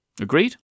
Agreed